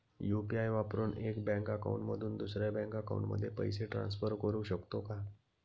UPI वापरून एका bank account मधून दुसऱ्या बँक अकाउंटमध्ये पैसे ट्रान्सफर करू शकतो का?